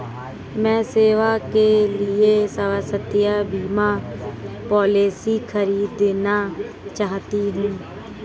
मैं स्वयं के लिए स्वास्थ्य बीमा पॉलिसी खरीदना चाहती हूं